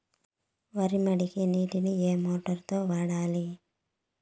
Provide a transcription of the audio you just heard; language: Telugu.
వరి మడికి నీటిని ఏ మోటారు తో వాడాలి?